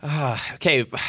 okay